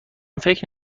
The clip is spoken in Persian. فکر